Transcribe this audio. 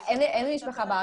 אני יודע שאני אף פעם לא לבד.